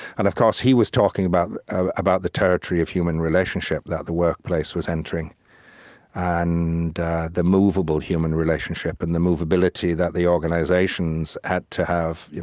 and of course, he was talking about ah about the territory of human relationship that the workplace was entering and the movable human relationship and the movability that the organizations had to have.